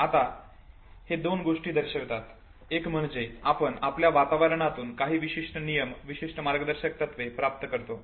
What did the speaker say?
आता हे दोन गोष्टी दर्शवितात एक म्हणजे आपण आपल्या वातावरणातून काही विशिष्ट नियम विशिष्ट मार्गदर्शक तत्त्वे प्राप्त करतो